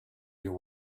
your